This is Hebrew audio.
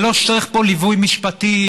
זה לא שצריך פה ליווי משפטי,